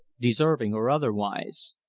deserving or otherwise.